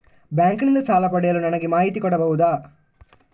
Bank ನಿಂದ ಸಾಲ ಪಡೆಯಲು ನನಗೆ ಮಾಹಿತಿ ಕೊಡಬಹುದ?